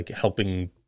helping